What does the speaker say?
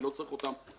אני לא צריך אותם,